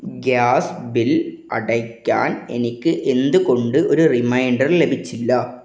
gas bill അടയ്ക്കാൻ എനിക്ക് എന്തുകൊണ്ട് ഒരു റിമൈൻഡർ ലഭിച്ചില്ല